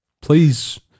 Please